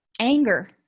anger